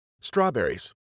Strawberries